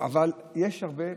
אבל יש הרבה,